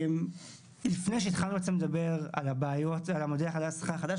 לפני שנתחיל לדבר על מודל השכר החדש,